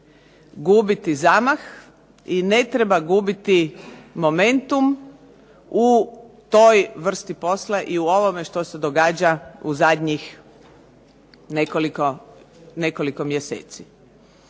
gubiti zamah i ne treba gubiti momentum u toj vrsti posla i u ovome što se događa u zadnjih nekoliko mjeseci.